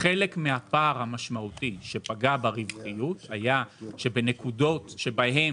חלק מן הפער המשמעותי שפגע ברווחיות היה שבנקודות שבהן